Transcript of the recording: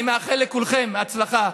אני מאחל לכולכם הצלחה,